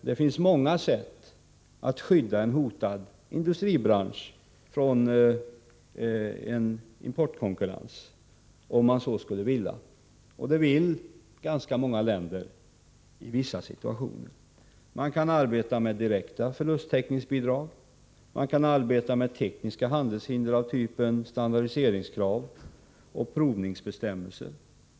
Det finns många sätt att skydda en hotad industribransch från importkonkurrens, om man så skulle vilja, och det vill ganska många länder i vissa situationer. Man kan arbeta med direkta förlusttäckningsbidrag. Man kan arbeta med tekniska handelshinder av typen standardiseringskrav och provningsbestämmelser.